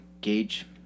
gauge